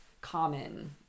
common